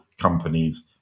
companies